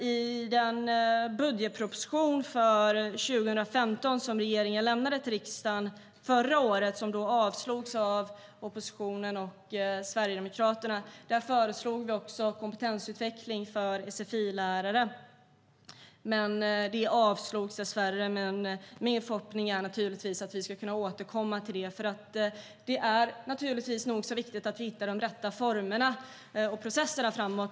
I den budgetproposition för 2015 som regeringen lämnade till riksdagen förra året och som dessvärre avslogs av oppositionen och Sverigedemokraterna föreslog vi också kompetensutveckling för sfi-lärare. Min förhoppning är naturligtvis att vi ska kunna återkomma till detta, för det är nog så viktigt att vi hittar de rätta formerna och processerna.